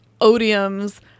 Odium's